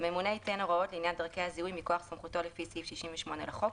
הממונה ייתן הוראות לעניין דרכי הזיהוי מכוח סמכותו לפי סעיף 68 לחוק,